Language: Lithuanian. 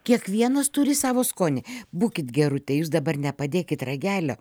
kiekvienas turi savo skonį būkit gerutė jūs dabar nepadėkit ragelio